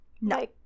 No